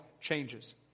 changes